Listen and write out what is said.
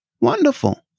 wonderful